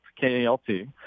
K-A-L-T